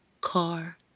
car